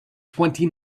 twenty